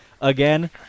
Again